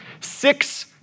Six